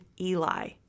Eli